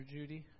Judy